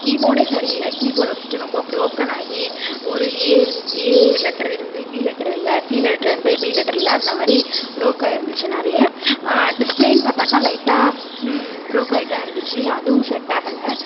கீபோர்டே சரியில்லை கீபோர்ட் வந்துட்டு ரொம்ப ப்ரோக்கன் ஆகி ஒரு ஏ இருந் ஏ லெட்டர் இருந்து பி லெட்ரு இல்லை சி லெட்ரு இருந்து பி லெட்டர் இல்லை அந்தமாதிரி ப்ரோக்காகி இருந்துச்சு நிறைய டிஸ்ப்லேன்னு பார்த்தாக்கா லைட்டாக ப்ரோக்காகி தான் இருந்துச்சு அதுவும் செட் ஆகலை